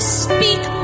speak